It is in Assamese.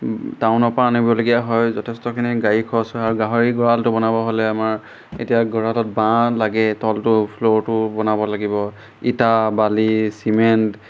টাউনৰপৰা আনিবলগীয়া হয় যথেষ্টখিনি গাড়ী খৰচ হয় আৰু গাহৰি গঁৰালটো বনাব হ'লে আমাৰ এতিয়া গঁৰালত বাঁহ লাগে তলটো ফ্ল'ৰটো বনাব লাগিব ইটা বালি চিমেণ্ট